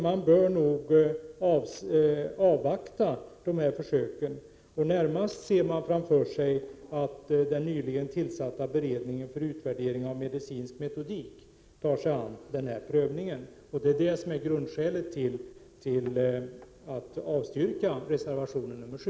Man bör nog avvakta dessa undersökningar, och närmast ser man framför sig att den nyligen tillsatta beredningen för utvärdering av medicinsk metodik tar sig an prövningen. Det är detta som är grundskälet till att utskottet avstyrker reservation nr 7.